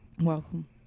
welcome